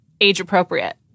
age-appropriate